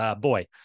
boy